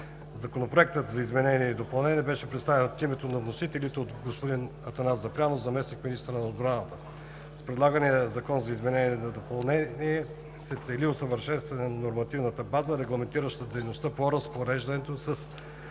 Закона за изпълнение беше представен от името на вносителите от господин Атанас Запрянов – заместник-министър на отбраната. С предлагания Проект на закон за изменение и допълнение се цели усъвършенстване на нормативната уредба, регламентираща дейността по разпореждането с